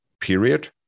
period